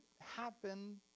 happen